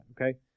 okay